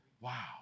Wow